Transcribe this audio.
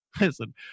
Listen